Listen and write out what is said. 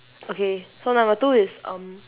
okay so number two is um